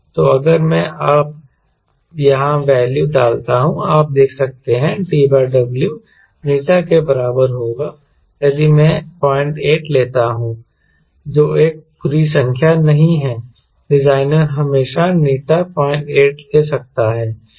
तो अगर मैं अब यहाँ वैल्यू डालता हूं आप देख सकते हैं TW η के बराबर होगा यदि मैं 08 लेता हूं जो एक बुरा संख्या नहीं है डिजाइनर हमेशा नेटा 08 ले सकता है